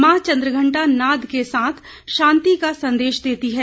मां चंद्रघंटा नाद के साथ शांति का संदेश देती है